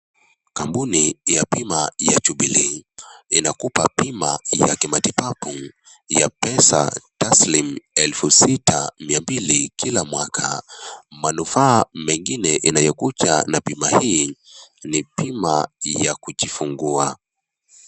Kampuni ya bima ya jubilee, inakupa bima ya kimatibabu ya pesa taslim elfu sita mia mbili, kila mwaka. Manufaa mengine inakuja na bima hii ni bima ya kujifungua.